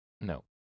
No